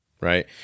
right